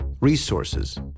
resources